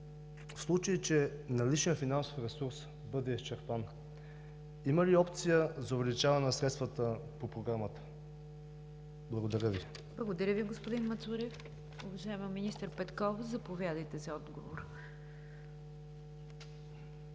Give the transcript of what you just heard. в случай че наличният финансов ресурс бъде изчерпан, има ли опция за увеличаване на средствата по Програмата? Благодаря Ви. ПРЕДСЕДАТЕЛ НИГЯР ДЖАФЕР: Благодаря Ви, господин Мацурев. Уважаема министър Петкова, заповядайте за отговор.